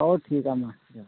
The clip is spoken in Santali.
ᱦᱮᱸ ᱴᱷᱤᱠᱟ ᱢᱟ ᱥᱮ